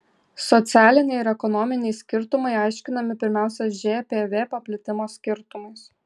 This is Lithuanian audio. socialiniai ir ekonominiai skirtumai aiškinami pirmiausia žpv paplitimo skirtumais